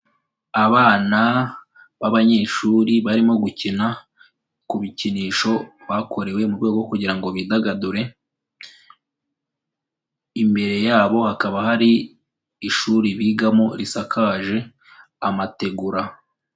Abana b'abanyeshuri barimo gukina ku bikinisho bakorewe mu rwego rwo kugira ngo bidagadure, imbere yabo hakaba hari ishuri bigamo risakaje amategura.